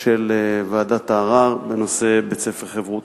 של ועדת הערר בנושא בית-הספר "חברותא",